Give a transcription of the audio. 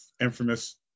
infamous